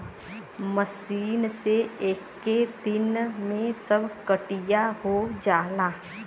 machine से एक्के दिन में सब कटिया हो जाला